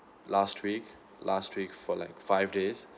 last week last week for like five days